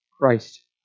christ